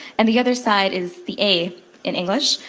and the other side is the a in english.